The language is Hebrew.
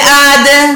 בעד,